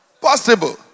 Possible